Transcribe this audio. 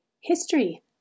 History